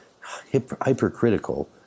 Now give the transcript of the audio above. hypercritical